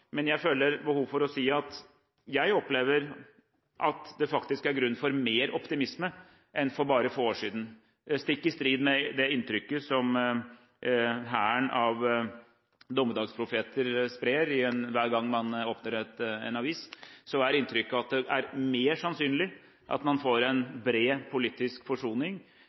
Men jeg føler behov for å si at jeg opplever at det faktisk er grunn for mer optimisme enn for bare få år siden. Stikk i strid med det inntrykket som hæren av dommedagsprofeter sprer hver gang man åpner en avis, er mitt inntrykk at det er mer sannsynlig at man får en bred politisk forsoning.